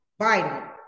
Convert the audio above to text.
Biden